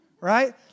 right